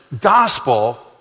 gospel